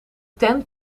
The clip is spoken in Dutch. tent